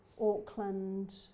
Auckland